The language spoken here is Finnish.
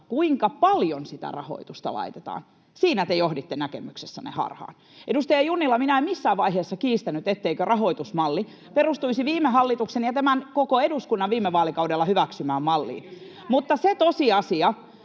kuinka paljon sitä rahoitusta laitetaan, niin siinä te johditte näkemyksessänne harhaan. Edustaja Junnila, minä en missään vaiheessa kiistänyt, etteikö rahoitusmalli perustuisi [Mauri Peltokangas: Katsokaa pöytäkirjasta! Kyllä te kiistitte!] viime hallituksen ja tämän koko eduskunnan viime vaalikaudella hyväksymään malliin, mutta se on tosiasia,